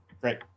Great